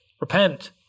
Repent